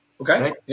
Okay